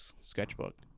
sketchbook